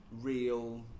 real